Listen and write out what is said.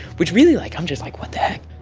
which really like i'm just like, what the heck?